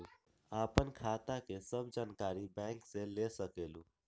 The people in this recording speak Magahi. आपन खाता के सब जानकारी बैंक से ले सकेलु?